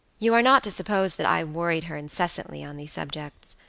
you are not to suppose that i worried her incessantly on these subjects.